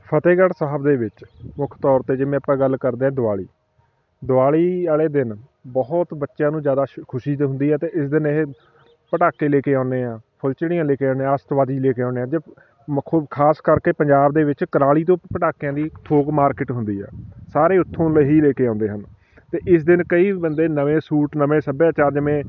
ਫਤਿਹਗੜ੍ਹ ਸਾਹਿਬ ਦੇ ਵਿੱਚ ਮੁੱਖ ਤੌਰ 'ਤੇ ਜਿਵੇਂ ਆਪਾਂ ਗੱਲ ਕਰਦੇ ਹਾਂ ਦਿਵਾਲੀ ਦਿਵਾਲੀ ਵਾਲੇ ਦਿਨ ਬਹੁਤ ਬੱਚਿਆਂ ਨੂੰ ਜ਼ਿਆਦਾ ਸ਼ ਖੁਸ਼ੀ ਤੇ ਹੁੰਦੀ ਹੈ ਅਤੇ ਇਸ ਦਿਨ ਇਹ ਪਟਾਕੇ ਲੈ ਕੇ ਆਉਂਦੇ ਹਾਂ ਫੁੱਲਝੱੜੀਆਂ ਲੈ ਕੇ ਆਉਂਦੇ ਆਤਸ਼ਬਾਜੀ ਲੈ ਕੇ ਆਉਂਦੇ ਖਾਸ ਕਰਕੇ ਪੰਜਾਬ ਦੇ ਵਿੱਚ ਕਰਾਲੀ ਤੋਂ ਪਟਾਕਿਆਂ ਦੀ ਥੋਕ ਮਾਰਕਿਟ ਹੁੰਦੀ ਆ ਸਾਰੇ ਉੱਥੋਂ ਦੇ ਹੀ ਲੈ ਕੇ ਆਉਂਦੇ ਹਨ ਅਤੇ ਇਸ ਦਿਨ ਕਈ ਬੰਦੇ ਨਵੇਂ ਸੂਟ ਨਵੇਂ ਸੱਭਿਆਚਾਰ ਜਿਵੇਂ